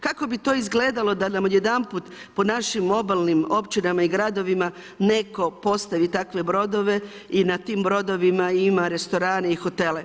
Kako bi to izgledalo da nam odjedanput po našim obalnim općinama i gradovima netko postavi takve brodove i na tim brodovima ima restoran i hotele.